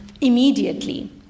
immediately